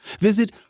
visit